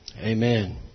Amen